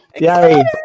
Yay